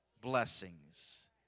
blessings